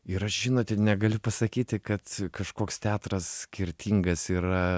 ir aš žinote negaliu pasakyti kad kažkoks teatras skirtingas yra